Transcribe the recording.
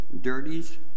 dirties